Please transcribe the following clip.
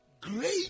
Great